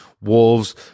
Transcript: Wolves